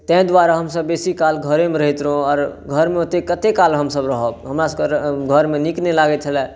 ताहि दुआरे हमसब बेसीकाल घरेमे रहैत रहौँ आओर घरमे कते काल हमसब रहब हमरासबके घरमे नीक नहि लागै छलै